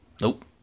Nope